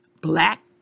black